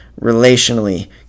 relationally